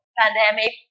pandemic